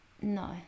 no